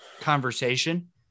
conversation